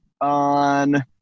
on